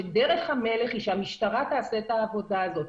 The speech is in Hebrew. שדרך המלך היא שהמשטרה תעשה את העבודה הזאת.